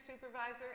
supervisor